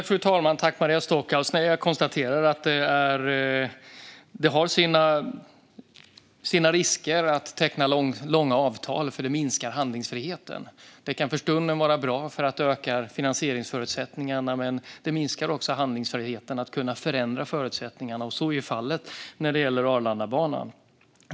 Fru talman! Jag konstaterar att det har sina risker att teckna långa avtal, för det minskar handlingsfriheten. Det kan för stunden vara bra eftersom det ökar finansieringsförutsättningarna, men det minskar också handlingsfriheten att kunna förändra förutsättningarna. Så är fallet när det gäller Arlandabanan.